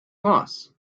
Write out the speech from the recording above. gloss